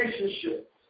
relationships